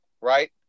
right